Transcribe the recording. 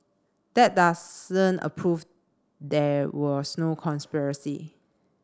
that doesn't approve there was no conspiracy